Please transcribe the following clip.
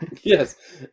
Yes